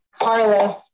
Carlos